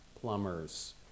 plumbers